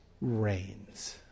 reigns